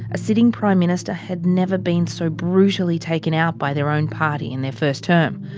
a sitting prime minister had never been so brutally taken out by their own party in their first term.